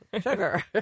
sugar